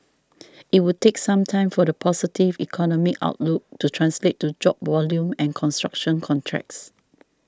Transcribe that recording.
it would take some time for the positive economic outlook to translate to job volume and construction contracts